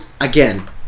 Again